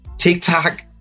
TikTok